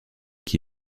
qui